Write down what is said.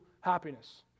happiness